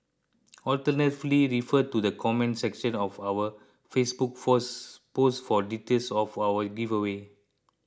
alternatively refer to the comment section of our Facebook force post for details of our giveaway